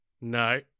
No